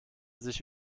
sich